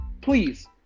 Please